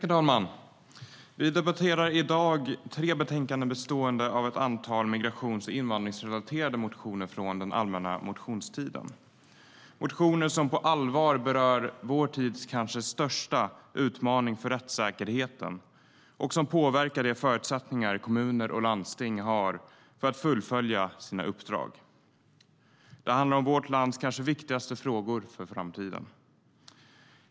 Herr talman! Vi debatterar i dag tre betänkanden bestående av ett antal migrations och invandrarrelaterade motioner från den allmänna motionstiden. Det är motioner som på allvar berör vår tids kanske största utmaning för rättssäkerheten och som påverkar de förutsättningar som kommuner och landsting har för att fullfölja sina uppdrag. Det handlar om vårt lands kanske viktigaste frågor för framtiden.